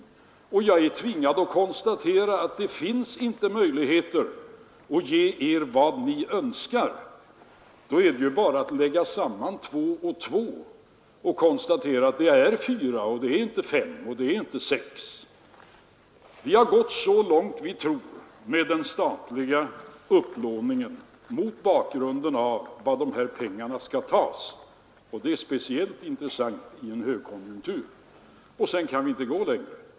Jag är tvingad att konstatera att det inte finns möjligheter att ge dem vad de önskar. Då är det ju bara att lägga samman två och två och konstatera att det är fyra — det är inte fem och det är inte sex. Vi har gått så långt vi tror att vi kan med den statliga upplåningen mot bakgrunden av var de här pengarna skall tas, och det är speciellt intressant i en högkonjunktur. Sedan kan vi inte gå längre.